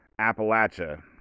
Appalachia